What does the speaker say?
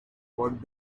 what